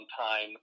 time